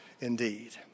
indeed